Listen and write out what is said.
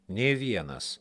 nė vienas